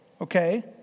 okay